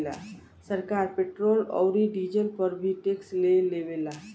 सरकार पेट्रोल औरी डीजल पर भी टैक्स ले लेवेला